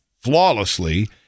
flawlessly